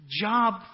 job